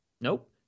Nope